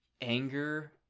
anger